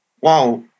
Wow